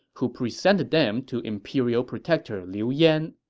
who presented them to imperial protector liu yan.